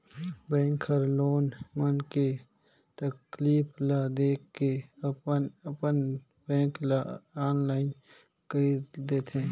bank हर लोग मन के तकलीफ ल देख के अपन अपन बेंक ल आनलाईन कइर देथे